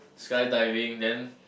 sky diving then